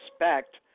respect